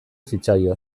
zitzaion